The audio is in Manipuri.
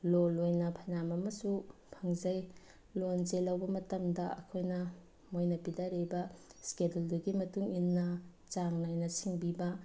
ꯂꯣꯟ ꯑꯣꯏꯅ ꯐꯅꯌꯥꯝ ꯑꯃꯁꯨ ꯐꯪꯖꯩ ꯂꯣꯟꯁꯦ ꯂꯧꯕ ꯃꯇꯝꯗ ꯑꯩꯈꯣꯏꯅ ꯃꯣꯏꯅ ꯄꯤꯊꯔꯛꯏꯕ ꯏꯁꯀꯦꯗꯌ꯭ꯨꯜꯗꯨꯒꯤ ꯃꯇꯨꯡ ꯏꯟꯅ ꯆꯥꯡ ꯅꯥꯏꯅ ꯁꯤꯡꯕꯤꯕ